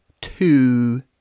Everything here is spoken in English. Two